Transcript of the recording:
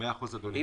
אם